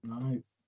nice